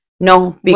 No